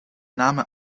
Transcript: name